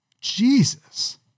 Jesus